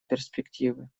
перспективы